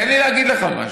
תן לי להגיד לך משהו.